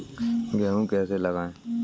गेहूँ कैसे लगाएँ?